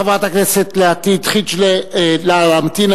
חברת הכנסת לעתיד חג'לה, להמתין.